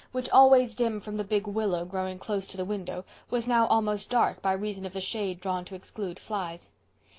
which, always dim from the big willow growing close to the window, was now almost dark by reason of the shade drawn to exclude flies.